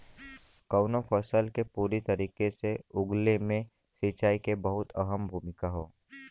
कउनो फसल के पूरी तरीके से उगले मे सिंचाई के बहुते अहम भूमिका हौ